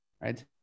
right